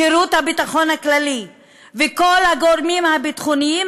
שירות הביטחון הכללי וכל הגורמים הביטחוניים,